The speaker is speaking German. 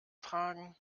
tragen